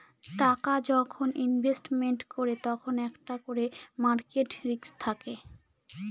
টাকা যখন ইনভেস্টমেন্ট করে তখন একটা করে মার্কেট রিস্ক থাকে